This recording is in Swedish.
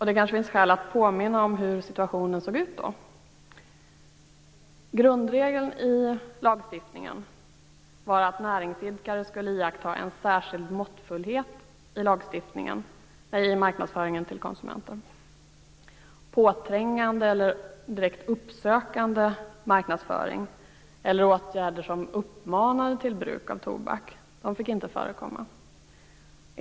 Det kanske finns skäl att påminna om hur situationen såg ut då. Grundregeln i lagstiftningen var att näringsidkare skulle iaktta en särskild måttfullhet i marknadsföringen till konsumenten. Påträngande eller direkt uppsökande marknadsföring, eller åtgärder som uppmanade till bruk av tobak, fick inte förekomma.